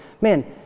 man